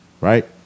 right